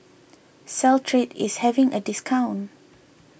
Caltrate is having a discount